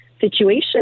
situation